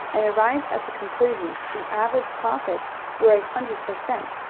and arrived at the conclusion that the average profits were a hundred per cent.